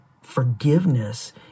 forgiveness